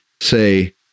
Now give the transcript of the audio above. say